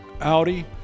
Audi